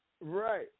Right